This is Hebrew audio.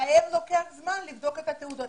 ולהם לוקח זמן לבדוק את התעודות.